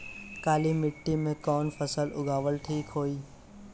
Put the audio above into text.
काली मिट्टी में कवन फसल उगावल ठीक होई?